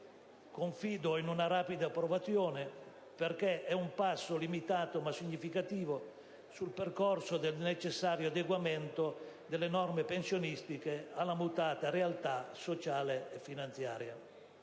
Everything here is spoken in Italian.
Confido in una rapida approvazione, perché è un passo limitato ma significativo sul percorso del necessario adeguamento delle norme pensionistiche alla mutata realtà sociale e finanziaria.